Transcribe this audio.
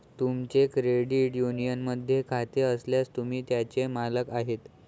तुमचे क्रेडिट युनियनमध्ये खाते असल्यास, तुम्ही त्याचे मालक आहात